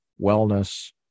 wellness